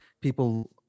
people